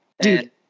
Dude